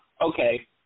okay